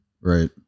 Right